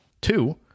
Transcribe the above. Two